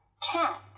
cat